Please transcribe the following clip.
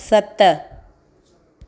सत